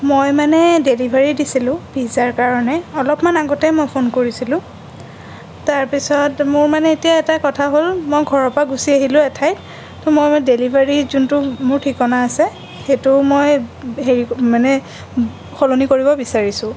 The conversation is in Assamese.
মই মানে ডেলিভাৰী দিছিলোঁ পিজ্জাৰ কাৰণে অলপমান আগতে মই ফোন কৰিছিলোঁ তাৰপিছত মোৰ মানে এতিয়া এটা কথা হ'ল মই ঘৰৰ পৰা গুছি আহিলোঁ এঠাইত ত' মই ডেলিভাৰী যোনটো মোৰ ঠিকনা আছে সেইটো মই হেৰি মানে সলনি কৰিব বিচাৰিছোঁ